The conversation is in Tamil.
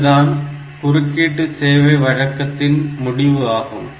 இதுதான் குறுக்கீட்டு சேவை வழக்கத்தின் முடிவு ஆகும்